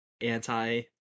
anti-